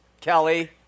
Kelly